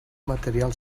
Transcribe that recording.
material